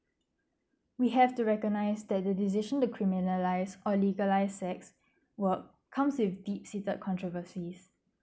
we have to recognise that the decision to criminalise or legalise sex work comes with de-seated controversy